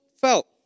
felt